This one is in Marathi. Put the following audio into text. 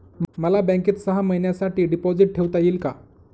मला बँकेत सहा महिन्यांसाठी डिपॉझिट ठेवता येईल का?